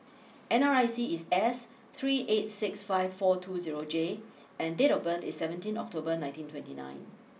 N R I C is S three eight six five four two zero J and date of birth is seventeen October nineteen twenty nine